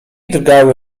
drgały